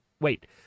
Wait